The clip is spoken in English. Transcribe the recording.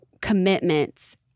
commitments